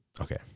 Okay